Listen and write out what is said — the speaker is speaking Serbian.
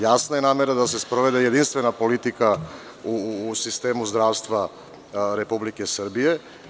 Jasna je namera da se sprovede jedinstvena politika u sistemu zdravstva Republike Srbije.